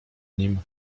nim